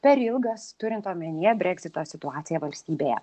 per ilgas turint omenyje breksito situaciją valstybėje